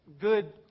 good